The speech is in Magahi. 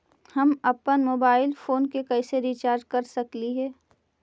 हम अप्पन मोबाईल फोन के कैसे रिचार्ज कर सकली हे?